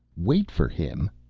wait for him!